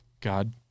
God